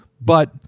But-